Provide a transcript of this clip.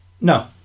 No